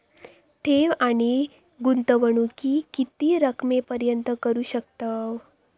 ठेव आणि गुंतवणूकी किती रकमेपर्यंत करू शकतव?